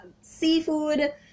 seafood